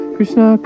Krishna